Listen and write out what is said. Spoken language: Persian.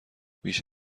بیش